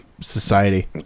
Society